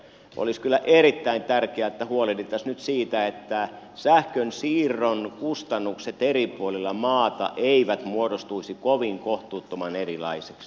olisi kyllä erittäin tärkeä että huolehdittaisiin nyt siitä että sähkönsiirron kustannukset eri puolilla maata eivät muodostuisi kovin kohtuuttoman erilaisiksi